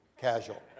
casual